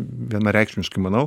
vienareikšmiškai manau